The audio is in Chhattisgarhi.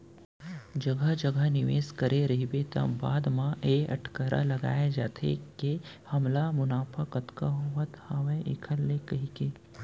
जघा जघा निवेस करे रहिबे त बाद म ए अटकरा लगाय जाथे के हमला मुनाफा कतका होवत हावय ऐखर ले कहिके